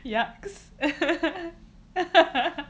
yucks